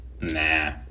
Nah